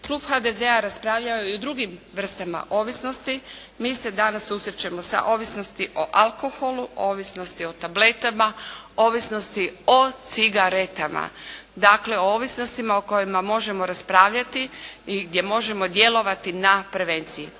klub HDZ-a, raspravljao je i o drugim vrstama ovisnosti, mi se danas susrećemo sa ovisnosti o alkoholu, o ovisnosti o tabletama, o ovisnosti o cigaretama. Dakle o ovisnostima o kojima možemo raspravljati i gdje možemo djelovati na prevenciji.